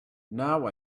now